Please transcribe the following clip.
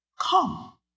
come